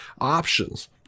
options